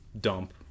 dump